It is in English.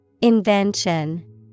Invention